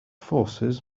forces